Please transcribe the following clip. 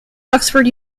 oxford